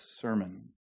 sermon